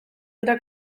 dira